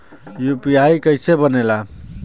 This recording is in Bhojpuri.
यू.पी.आई कईसे बनेला?